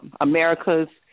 America's